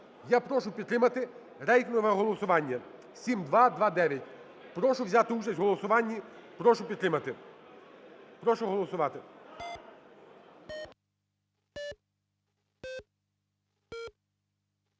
Я прошу підтримати рейтингове голосування 7229. Прошу взяти участь в голосуванні, прошу підтримати. Прошу голосувати.